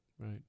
Right